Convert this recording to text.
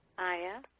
aya,